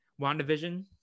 WandaVision